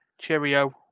Cheerio